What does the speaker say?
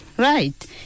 right